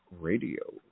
radio